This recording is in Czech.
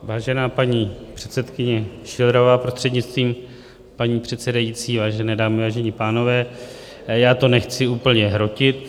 Vážená paní předsedkyně Schillerová, prostřednictvím paní předsedající, vážené dámy, vážení pánové, já to nechci úplně hrotit.